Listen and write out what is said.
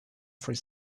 free